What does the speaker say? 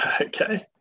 Okay